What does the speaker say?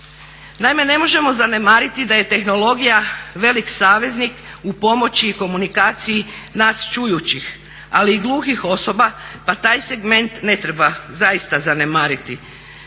Naime, ne možemo zanemariti da je tehnologija velik saveznik u pomoći i komunikaciji nas čujućih, ali i gluhih osoba pa taj segment ne treba zaista zanemariti.